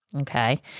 Okay